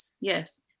Yes